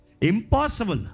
impossible